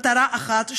מטרה אחת,